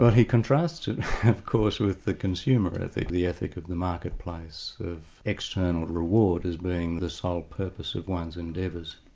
but he contrasts it of course with the consumer ethic, the ethic of the marketplace, of external reward as being the sole purpose of one's endeavours.